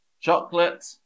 Chocolate